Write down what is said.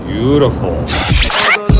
Beautiful